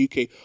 UK